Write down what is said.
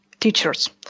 Teachers